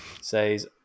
says